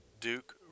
Duke